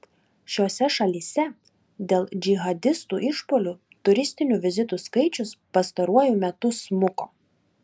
šiose šalyse dėl džihadistų išpuolių turistinių vizitų skaičius pastaruoju metu smuko